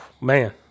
man